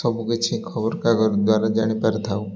ସବୁ କିଛି ଖବରକାଗଜ ଦ୍ୱାରା ଜାଣିପାରିଥାଉ